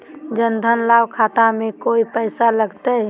जन धन लाभ खाता में कोइ पैसों लगते?